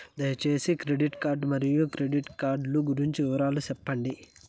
దయసేసి credit card మరియు credit card లు గురించి వివరాలు సెప్పండి?